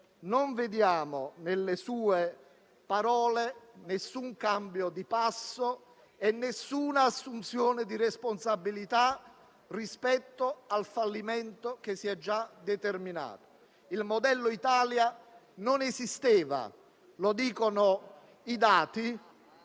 non vediamo nelle sue parole nessun cambio di passo e nessuna assunzione di responsabilità rispetto al fallimento che si è già determinato. Il modello Italia non esisteva, lo dicono i dati,